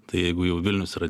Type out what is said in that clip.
tai jeigu jau vilnius yra